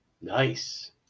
Nice